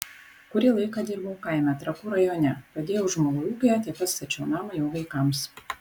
kurį laiką dirbau kaime trakų rajone padėjau žmogui ūkyje taip pat stačiau namą jo vaikams